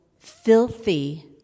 filthy